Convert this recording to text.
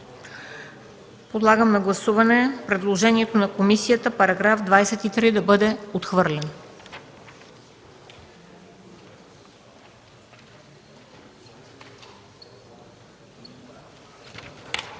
Подлагам на гласуване предложението на комисията § 23 да бъде отхвърлен.